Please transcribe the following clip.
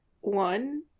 One